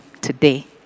today